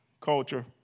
culture